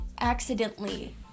accidentally